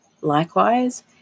Likewise